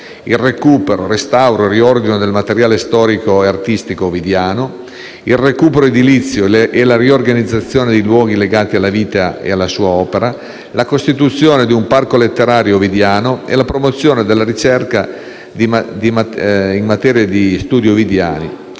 il recupero, restauro e riordino del materiale storico e artistico ovidiano, il recupero edilizio e la riorganizzazione dei luoghi legati alla sua vita e alla sua opera, la costituzione di un parco letterario ovidiano e la promozione della ricerca in materia di studi ovidiani,